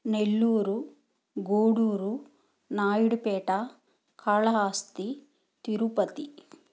Nellore Gudur Naidupeta Kalahasti Tirupati